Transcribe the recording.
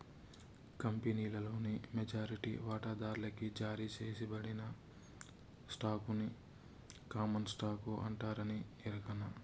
కంపినీలోని మెజారిటీ వాటాదార్లకి జారీ సేయబడిన స్టాకుని కామన్ స్టాకు అంటారని ఎరకనా